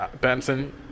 Benson